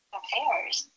affairs